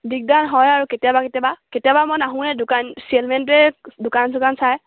দিগদাৰ হয় আৰু কেতিয়াবা কেতিয়াবা কেতিয়াবা মই নাহোঁৱে দোকান চেলমেণ্টোৱে দোকান চোকান চাই